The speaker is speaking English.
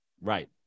Right